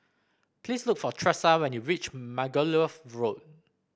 please look for Tressa when you reach Margoliouth Road